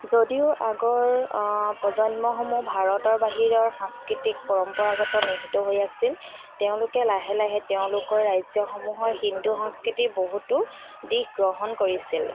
যদিও আগৰ প্ৰজন্মসমূহ ভাৰতৰ বাহিৰৰ সাংস্কৃতিক পৰম্পৰাগত নিহিত হৈ আছিল তেওঁলোকে লাহে লাহে তেওঁলোকৰ ৰাজ্যসমূহৰ হিন্দু সংস্কৃতিৰ বহুতো দিশ গ্ৰহণ কৰিছিল